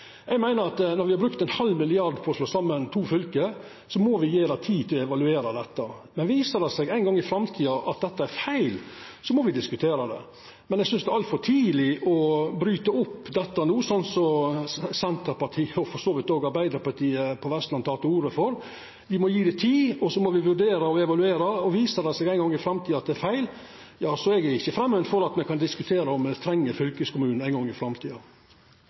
Eg meiner at når me har brukt 0,5 mrd. kr på å slå saman to fylke, må me gje det tid til å evaluera det. Viser det seg ein gong i framtida at dette er feil, så må me diskutera det. Men eg synest det er altfor tidleg å bryta opp dette no, sånn som Senterpartiet og for så vidt også Arbeidarpartiet i Vestland tek til orde for. Me må gje dei tid, og så må me vurdera og evaluera. Viser det seg ein gong i framtida at det er feil, er eg ikkje framand for at me kan diskutera om me treng fylkeskommunen – ein gong i framtida.